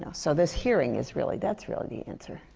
ah so, this hearing is really that's really the answer.